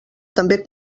també